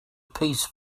piece